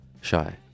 Shy